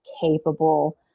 capable